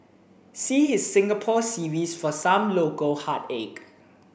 see his Singapore series for some local heartache